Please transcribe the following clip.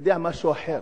אתה יודע, כמשהו אחר,